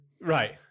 Right